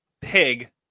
pig